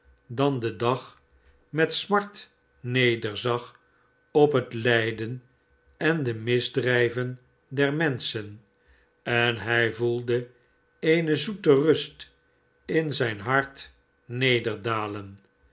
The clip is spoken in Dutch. dan de dag met smart nederzag t p het lijden en de misdrijven der menschen en hij voelde eene zoete rust in zijn hart